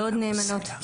לעוד נאמנות,